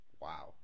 Wow